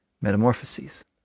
Metamorphoses